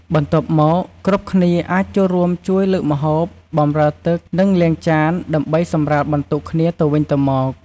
បន្ទាប់មក គ្រប់គ្នាអាចចូលរួមជួយលើកម្ហូប បម្រើទឹក និងលាងចាន ដើម្បីសម្រាលបន្ទុកគ្នាទៅវិញទៅមក។